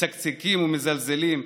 מצקצקים ומזלזלים,